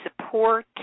support